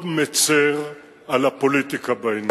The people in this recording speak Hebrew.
אני מאוד מצר על הפוליטיקה בעניין.